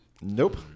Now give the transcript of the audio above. nope